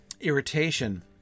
irritation